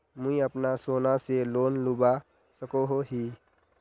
मुई अपना सोना से लोन लुबा सकोहो ही?